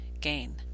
gain